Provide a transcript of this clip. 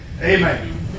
Amen